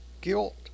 Guilt